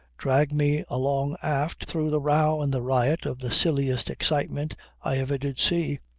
drag me along aft through the row and the riot of the silliest excitement i ever did see.